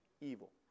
evil